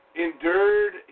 endured